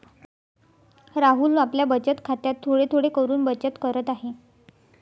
राहुल आपल्या बचत खात्यात थोडे थोडे करून बचत करत आहे